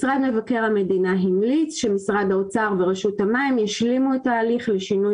משרד מבקר המדינה המליץ שמשרד האוצר ורשות המים ישלימו את ההליך לשינוי